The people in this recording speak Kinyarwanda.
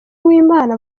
uwimana